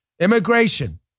immigration